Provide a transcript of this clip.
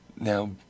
Now